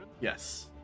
Yes